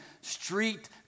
street